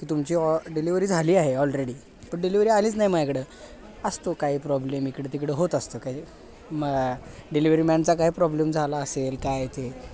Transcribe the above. की तुमची ऑ डिलिव्हरी झाली आहे ऑलरेडी पण डिलेवरी आलीच नाही माझ्याकडं असतो काही प्रॉब्लेम इकडं तिकडं होत असतं काय म डिलिवरी मॅनचा काय प्रॉब्लेम झाला असेल काय ते